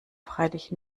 freilich